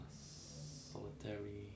solitary